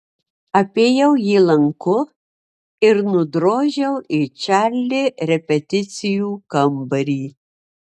apėjau jį lanku ir nudrožiau į čarli repeticijų kambarį